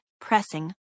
pressing